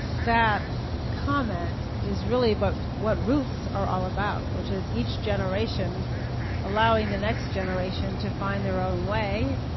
that comment is really but what roots are all about, which is each generation allowing the next generation to find their own way.